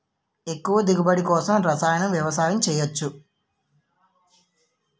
ఎక్కువ దిగుబడి కోసం రసాయన వ్యవసాయం చేయచ్చ?